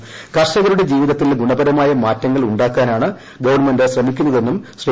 ക്ർഷകരുടെ ജീവിതത്തിൽ ഗുണപരമായ മാറ്റങ്ങൾ ഉണ്ട്ടാക്കാനാണ് ഗവൺമെന്റ് ശ്രമിക്കുന്നതെന്നും ശ്രീ